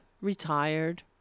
retired